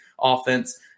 offense